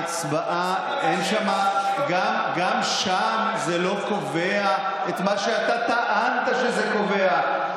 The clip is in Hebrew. גם שם זה לא קובע את מה שאתה טענת שזה קובע.